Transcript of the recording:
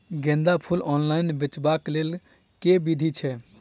गेंदा फूल ऑनलाइन बेचबाक केँ लेल केँ विधि छैय?